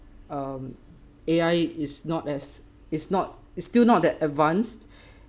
um A_I is not as it's not it's still not that advanced